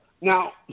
Now